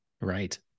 Right